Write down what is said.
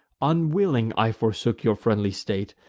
unwilling i forsook your friendly state,